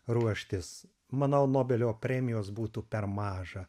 ruoštis manau nobelio premijos būtų per maža